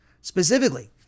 specifically